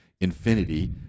infinity